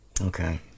Okay